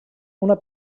una